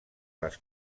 les